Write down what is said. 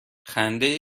خنده